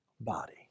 body